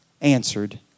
answered